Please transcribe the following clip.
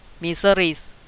miseries